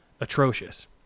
atrocious